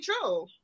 true